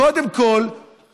קודם כול,